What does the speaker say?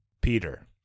Peter